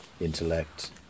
intellect